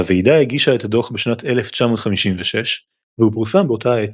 הוועידה הגישה את הדו"ח בשנת 1956 והוא פורסם באותה העת.